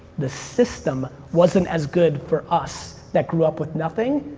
the system wasn't as good for us that grew up with nothing.